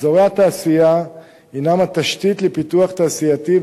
אזורי התעשייה הינם התשתית לפיתוח תעשייתי,